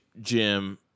Jim